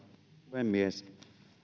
puhemies